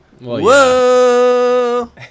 whoa